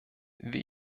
wie